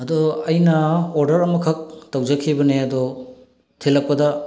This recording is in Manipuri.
ꯑꯗꯨ ꯑꯩꯅ ꯑꯣꯔꯗꯔ ꯑꯃꯈꯛ ꯇꯧꯖꯈꯤꯕꯅꯦ ꯑꯗꯣ ꯊꯤꯜꯂꯛꯄꯗ